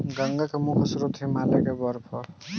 गंगा के मुख्य स्रोत हिमालय के बर्फ ह